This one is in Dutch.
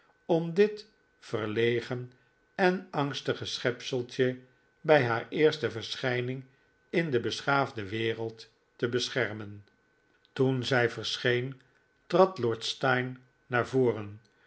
om dit verlegen en angstige schepseltje bij haar eerste verschijning in de beschaafde wereld te beschermen toen zij verscheen trad lord steyne naar voren